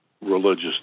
religious